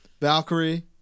Valkyrie